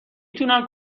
تونم